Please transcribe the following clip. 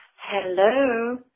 Hello